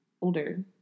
older